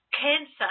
cancer